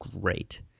great